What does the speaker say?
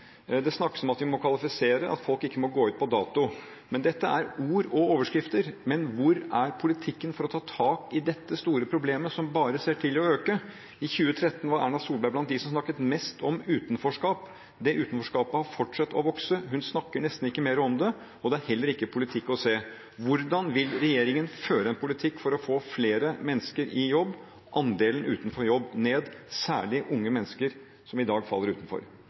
Det snakkes om at vi må kvalifisere, at folk ikke må gå ut på dato. Men dette er ord og overskrifter – hvor er politikken for å ta tak i dette store problemet, som bare ser ut til å øke? I 2013 var Erna Solberg blant dem som snakket mest om utenforskap. Det utenforskapet har fortsatt å vokse. Hun snakker nesten ikke mer om det, og det er heller ikke politikk å se. Hvordan vil regjeringen føre en politikk for å få flere mennesker i jobb, få andelen utenfor jobb ned – særlig andelen unge mennesker som i dag faller utenfor?